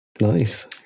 Nice